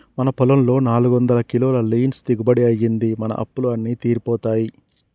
మన పొలంలో నాలుగొందల కిలోల లీన్స్ దిగుబడి అయ్యింది, మన అప్పులు అన్నీ తీరిపోతాయి